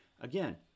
Again